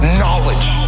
knowledge